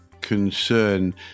concern